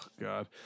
God